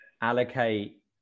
allocate